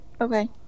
okay